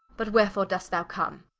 but wherefore dost thou come?